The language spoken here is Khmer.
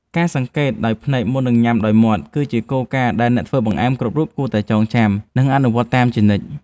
ការសង្កេតដោយភ្នែកមុននឹងញ៉ាំដោយមាត់ គឺជាគោលការណ៍ដែលអ្នកធ្វើបង្អែមគ្រប់រូបគួរតែចងចាំ និងអនុវត្តតាមជានិច្ច។